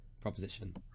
proposition